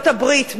בארצות-הברית,